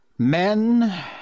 Men